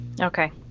Okay